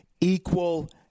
equal